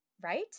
right